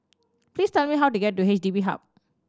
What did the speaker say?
please tell me how to get to H D B Hub